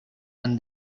and